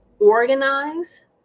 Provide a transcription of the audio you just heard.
organize